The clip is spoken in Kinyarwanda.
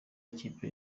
ikipe